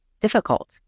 difficult